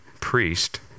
priest